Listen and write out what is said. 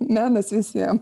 menas visiem